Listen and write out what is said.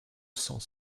cent